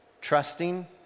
trusting